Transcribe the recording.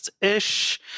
ish